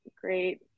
great